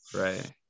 right